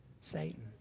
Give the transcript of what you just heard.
Satan